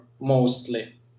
mostly